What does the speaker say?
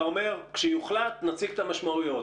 אתה אומר "כשיוחלט, נציג את המשמעויות".